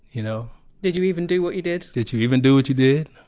you know did you even do what you did? did you even do what you did,